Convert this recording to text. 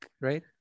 right